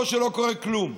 או שלא קורה כלום.